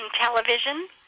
television